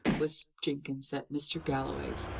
was jenkins at mr. galloway's.